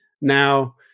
Now